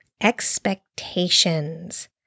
expectations